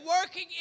working